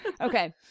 Okay